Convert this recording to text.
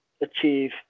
achieve